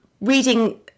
reading